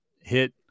hit